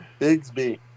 Bigsby